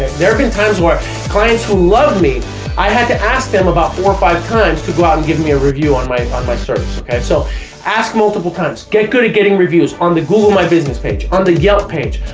there have been times where clients who love me i had to ask them about four or five times to go out and give me a review on my on my service and so ask multiple times, get good at getting reviews on the google my business page, on the yelp page,